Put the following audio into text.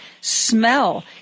smell